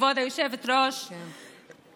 כבוד היושבת-ראש,